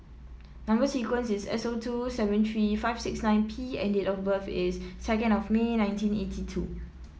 number sequence is S O two seven three five six nine P and date of birth is second of May nineteen eighty two